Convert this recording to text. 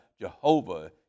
jehovah